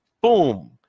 Boom